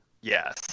Yes